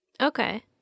Okay